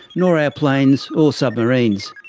nor our planes or submarines,